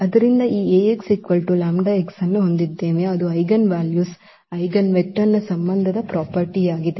ಆದ್ದರಿಂದ ನಾವು ಈ ಅನ್ನು ಹೊಂದಿದ್ದೇವೆ ಅದು ಐಜೆನ್ವಾಲ್ಯೂಸ್ ಐಜೆನ್ವೆಕ್ಟರ್ನ ಸಂಬಂಧದ ಪ್ರಾಪರ್ಟಿ ಯಾಗಿದೆ